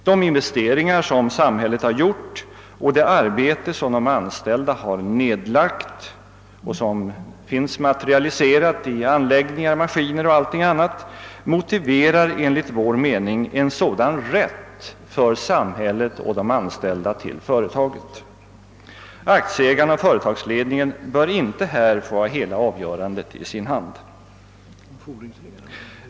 De investeringar som samhället har gjort och det arbete som de anställda har nedlagt — och som finns materialiserat i anläggningar, maskiner och allting annat — motiverar enligt vår mening en sådan rätt för samhället och de anställda till företaget. Aktieägarna och företagsledningen bör inte få ha hela avgörandet i sin hand.